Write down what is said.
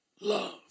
love